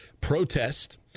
protest